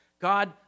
God